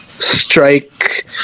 strike